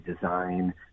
design